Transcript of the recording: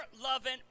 loving